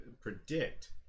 predict